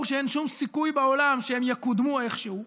שאין סיכוי בעולם שהן יקודמו איכשהו,